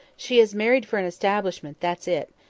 she has married for an establishment, that's it.